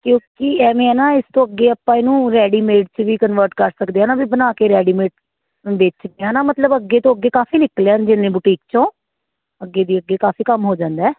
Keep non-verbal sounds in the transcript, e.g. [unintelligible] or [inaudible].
ਕਿਉਂਕਿ ਐਵੇਂ ਹੈ ਨਾ ਇਸ ਤੋਂ ਅੱਗੇ ਆਪਾਂ ਇਹਨੂੰ ਰੈਡੀਮੇਡ 'ਚ ਵੀ ਕਨਵਰਟ ਕਰ ਸਕਦੇ ਹਾਂ ਨਾ ਵੀ ਬਣਾ ਕੇ ਰੈਡੀਮੇਡ ਵੇਚ [unintelligible] ਨਾ ਮਤਲਬ ਅੱਗੇ ਤੋਂ ਅੱਗੇ ਕਾਫੀ ਨਿਕਲਿਆ ਜਿੰਨੇ ਬੁਟੀਕ 'ਚੋਂ ਅੱਗੇ ਦੀ ਅੱਗੇ ਕਾਫੀ ਕੰਮ ਹੋ ਜਾਂਦਾ